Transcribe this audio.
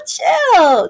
Chill